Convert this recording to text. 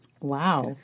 Wow